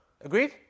Agreed